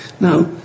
Now